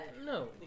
No